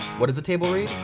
what is a table read?